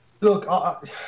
Look